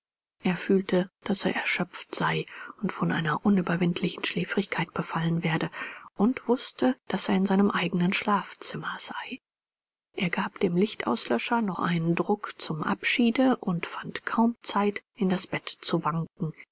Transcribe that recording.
er fühlte daß er erschöpft sei und von einer unüberwindlichen schläfrigkeit befallen werde und wußte daß er in seinem eignen schlafzimmer sei er gab dem lichtauslöscher noch einen druck zum abschiede und fand kaum zeit in das bett zu wanken